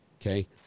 okay